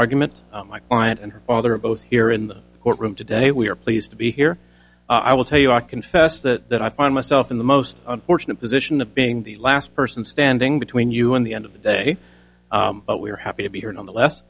argument my client and her father both here in the courtroom today we are pleased to be here i will tell you i confess that i find myself in the most unfortunate position of being the last person standing between you and the end of the day but we're happy to be here nonetheless